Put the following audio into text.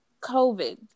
COVID